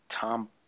Tom